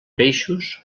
peixos